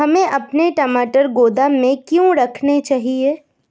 हमें अपने टमाटर गोदाम में क्यों रखने चाहिए?